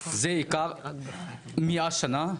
זה יקח מאה שנה,